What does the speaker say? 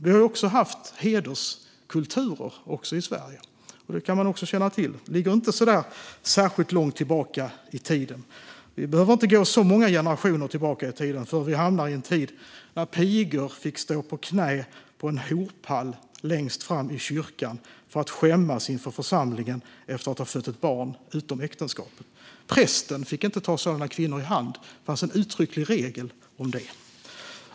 Vi har även i Sverige haft hederskulturer - det ska man också känna till - och de ligger inte så långt tillbaka i tiden. Vi behöver inte gå så många generationer tillbaka i tiden förrän vi hamnar i en tid när pigor fick stå på knä på en horpall längst fram i kyrkan och skämmas inför församlingen efter att ha fött barn utom äktenskapet. Prästen fick inte ta sådana kvinnor i hand. Det fanns en uttrycklig regel om det.